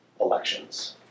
Elections